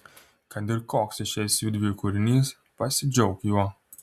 kad ir koks išeis judviejų kūrinys pasidžiauk juo